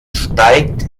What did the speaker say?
steigt